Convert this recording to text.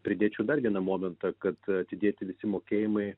pridėčiau dar vieną momentą kad atidėti visi mokėjimai